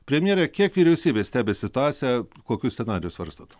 premjere kiek vyriausybė stebi situaciją kokius scenarijus svarstot